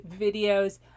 videos